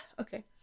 Okay